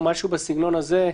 או משהו בסגנון הזה.